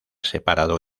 separado